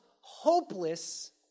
hopeless